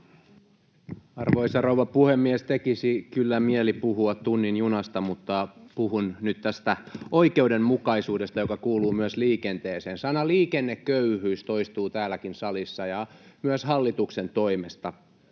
Arvoisa rouva puhemies! Tekisi kyllä mieli puhua tunnin junasta, mutta puhun nyt oikeudenmukaisuudesta, joka kuuluu myös liikenteeseen. Sana ”liikenneköyhyys” toistuu täälläkin salissa ja myös hallituksen toimesta.